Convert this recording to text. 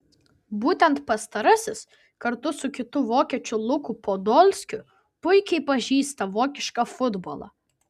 būtent pastarasis kartu su kitu vokiečiu luku podolskiu puikiai pažįsta vokišką futbolą